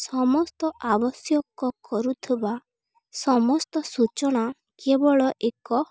ସମସ୍ତ ଆବଶ୍ୟକ କରୁଥିବା ସମସ୍ତ ସୂଚନା କେବଳ ଏକ